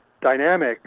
dynamic